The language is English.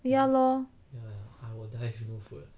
ya lor